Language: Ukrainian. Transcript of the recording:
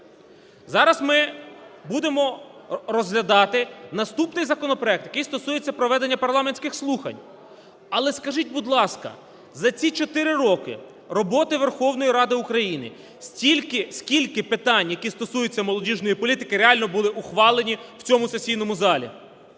Зараз ми будемо розглядати наступний законопроект, який стосується проведення парламентських слухань. Але скажіть, будь ласка, за ці 4 роки роботи Верховної Ради України скільки питань, які стосуються молодіжної політики, реально були ухвалені в цьому сесійному залі?